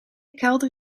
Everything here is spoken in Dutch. kelder